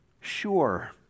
sure